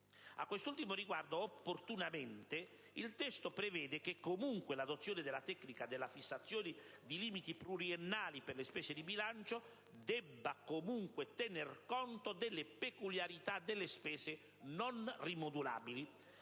A questo ultimo riguardo, opportunamente, il testo prevede che comunque l'adozione della tecnica della fissazione di limiti pluriennali per le spese di bilancio debba comunque tener conto delle peculiarità delle spese non rimodulabili.